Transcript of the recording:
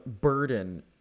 burden